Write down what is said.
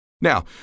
Now